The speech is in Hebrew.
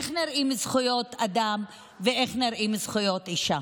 איך נראות זכויות אדם ואיך נראות זכויות אישה.